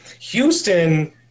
Houston